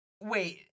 Wait